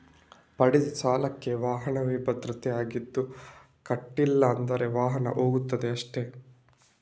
ಪಡೆದ ಸಾಲಕ್ಕೆ ವಾಹನವೇ ಭದ್ರತೆ ಆಗಿದ್ದು ಕಟ್ಲಿಲ್ಲ ಅಂದ್ರೆ ವಾಹನ ಹೋಗ್ತದೆ ಅಷ್ಟೇ